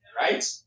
Right